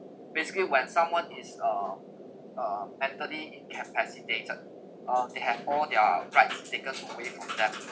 basically when someone is uh uh mentally incapacitated uh they have all their rights taken away from them